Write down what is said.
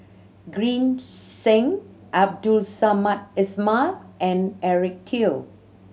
Green Zeng Abdul Samad Ismail and Eric Teo